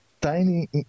tiny